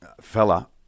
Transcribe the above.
fella